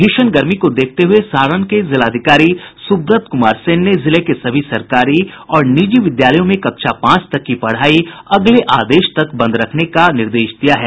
भीषण गर्मी को देखते हुए सारण के जिलाधिकारी सुब्रत कुमार सेन ने जिले के सभी सरकारी और निजी विद्यालयों में कक्षा पांच तक की पढ़ाई अगले आदेश तक बंद रखने का निर्देश दिया है